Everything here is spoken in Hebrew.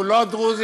הוא לא דרוזי,